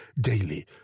daily